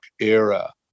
era